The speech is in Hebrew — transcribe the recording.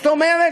זאת אומרת,